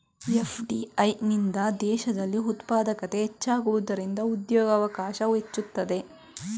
FDI ನಿಂದ ದೇಶದಲ್ಲಿ ಉತ್ಪಾದಕತೆ ಹೆಚ್ಚಾಗುವುದರಿಂದ ಉದ್ಯೋಗವಕಾಶ ಹೆಚ್ಚುತ್ತದೆ